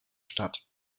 stadt